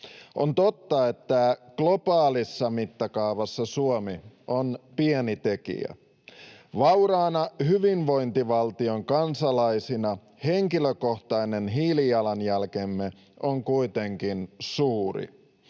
On totta, että globaalissa mittakaavassa Suomi on pieni tekijä. Vauraan hyvinvointivaltion kansalaisina henkilökohtainen hiilijalanjälkemme on kuitenkin suuri.